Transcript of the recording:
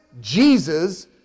Jesus